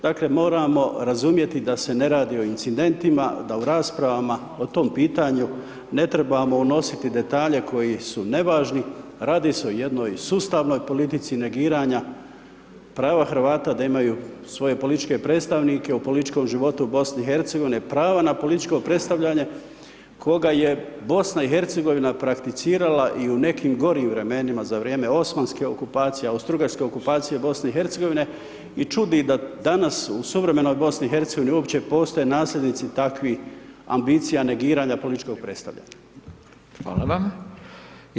Dakle moramo razumjeti da se ne radi o incidentima, da u raspravama po tom pitanju ne trebamo unositi detalje koji su nevažni, radi se o jednoj sustavnoj politici negiranja prava Hrvata da imaju svoje političke predstavnike u političkom životu BiH-a, prava na političko predstavljanje koga je BiH prakticirala i u nekim gorim vremenima za vrijeme osmanske okupacije, austrougarske okupacije BiH-a i čudi da danas u suvremenoj BiH uopće postoje nasljednici takvih ambicija negiranja političkog predstavljanja.